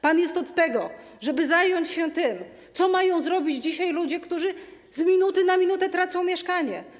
Pan jest od tego, żeby zająć się tym, co mają zrobić dzisiaj ludzie, którzy z minuty na minutę tracą mieszkanie.